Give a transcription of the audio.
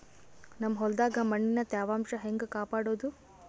ನಮ್ ಹೊಲದಾಗ ಮಣ್ಣಿನ ತ್ಯಾವಾಂಶ ಹೆಂಗ ಕಾಪಾಡೋದು?